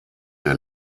der